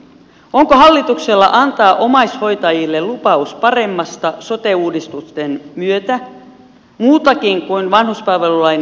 onko hallituksella antaa omaishoitajille lupaus paremmasta sote uudistusten myötä muutakin kuin vanhuspalvelulain selvitystyön tulos